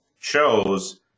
shows